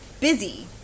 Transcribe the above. busy